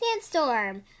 Sandstorm